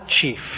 chief